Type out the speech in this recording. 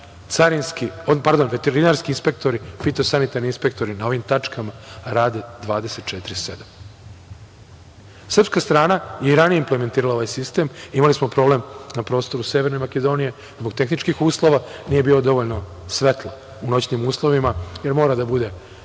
moram da kažem - veterinarski inspektori, fitosanitarni inspektori na ovim tačkama rade 24/7.Srpska strana je i ranije implementirala ovaj sistem. Imali smo problem na prostoru Severne Makedonije zbog tehničkih uslova, nije bilo dovoljno svetla u noćnim uslovima, jer mora da bude ne